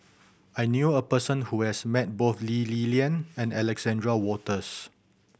I knew a person who has met both Lee Li Lian and Alexander Wolters